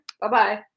Bye-bye